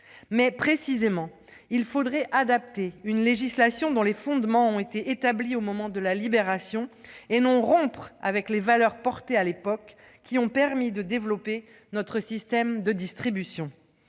mais, précisément, il faudrait adapter une législation dont les fondements ont été établis au moment de la Libération, et non rompre avec les valeurs défendues à l'époque, qui ont permis de développer notre système de distribution.